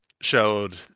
showed